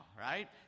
right